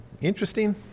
interesting